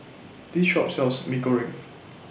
This Shop sells Mee Goreng